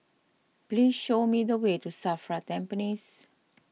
please show me the way to Safra Tampines